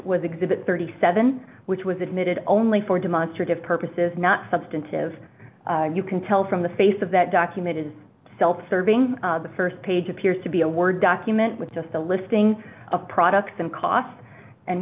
was exhibit thirty seven dollars which was admitted only for demonstrative purposes not substantive you can tell from the face of that document is self serving the st page appears to be a word document with just a listing of products and costs and